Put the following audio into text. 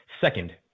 Second